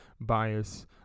bias